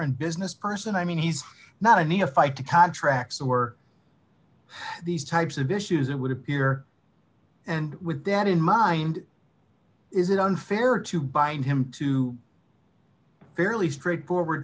and business person i mean he's not a neophyte to contracts or these types of issues it would appear and with that in mind is it unfair to bind him to fairly straightforward